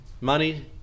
money